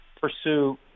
pursue